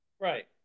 Right